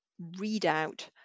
readout